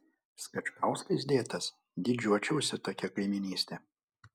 skačkauskais dėtas didžiuočiausi tokia kaimynyste